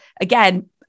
again